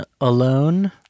alone